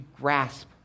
grasp